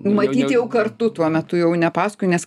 matyt jau kartu tuo metu jau ne paskui nes